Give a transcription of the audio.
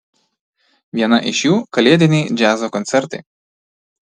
vieną iš jų kalėdiniai džiazo koncertai